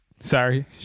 sorry